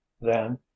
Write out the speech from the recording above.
Then